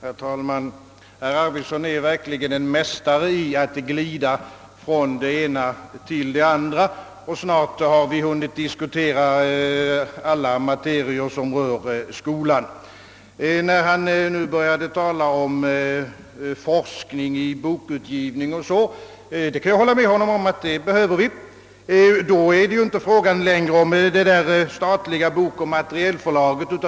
Herr talman! Herr Arvidson är en verklig mästare i att glida från det ena till det andra. Vi har snart hunnit diskutera alla materier som rör skolan. När herr Arvidson nu talar om forskning i bokutgivning — och jag kan hålla med om att vi kan behöva diskutera den saken — så är det ju inte längre fråga om det statliga bokoch materielförlaget.